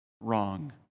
wrong